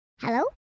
Hello